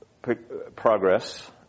progress